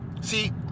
See